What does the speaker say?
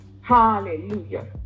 hallelujah